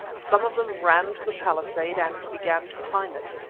some of them ran to the palisade and began to climb it,